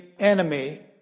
enemy